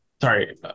sorry